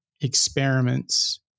experiments